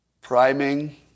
priming